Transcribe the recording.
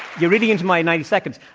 you're reading into my ninety seconds.